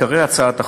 עיקרי הצעת החוק: